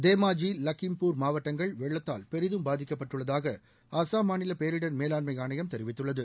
தேமாஜி லக்கிம்பூர் மாவட்டங்கள் வெள்ளத்தால் பெரிதும் பாதிக்கப்பட்டுள்ளதாக அசாம் மாநில பேரிடர் மேலாண்மை ஆணையம் தெரிவித்துள்ளது